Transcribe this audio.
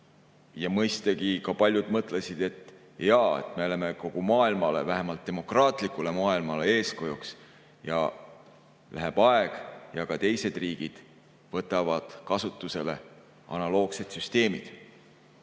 Ja mõistagi ka paljud mõtlesid, et jaa, me oleme kogu maailmale, vähemalt demokraatlikule maailmale eeskujuks, läheb aeg, ja ka teised riigid võtavad kasutusele analoogsed süsteemid.